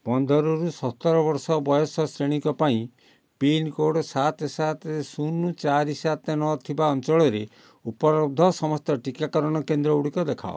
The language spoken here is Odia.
ପନ୍ଦରରୁ ସତର ବର୍ଷ ବୟସ ଶ୍ରେଣୀଙ୍କ ପାଇଁ ପିନ୍କୋଡ଼୍ ସାତ ସାତ ଶୂନ ଚାରି ସାତ ନଅ ଥିବା ଅଞ୍ଚଳରେ ଉପଲବ୍ଧ ସମସ୍ତ ଟିକାକରଣ କେନ୍ଦ୍ର ଗୁଡ଼ିକ ଦେଖାଅ